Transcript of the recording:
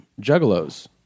juggalos